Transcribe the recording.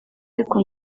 ariko